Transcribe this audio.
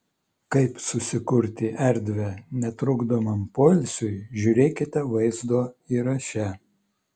kaip susikurti erdvę netrukdomam poilsiui žiūrėkite vaizdo įraše